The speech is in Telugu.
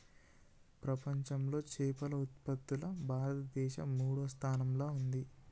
ప్రపంచంలా చేపల ఉత్పత్తిలా భారతదేశం మూడో స్థానంలా ఉంది